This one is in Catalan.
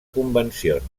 convencions